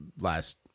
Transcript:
last